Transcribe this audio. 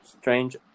strange